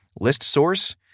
ListSource